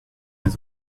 des